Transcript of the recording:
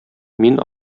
мин